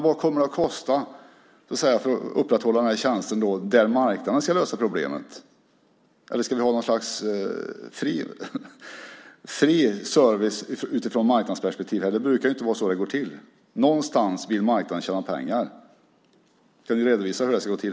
Vad kommer det att kosta för att upprätthålla den här tjänsten där marknaden ska lösa problemet? Eller ska vi ha något slags fri service utifrån marknadens perspektiv? Det brukar inte vara så det går till. Någonstans vill marknaden tjäna pengar. Ska vi redovisa hur det ska gå till?